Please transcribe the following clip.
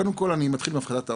קודם כל אני מתחיל בהפחתת העומס,